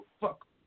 fuck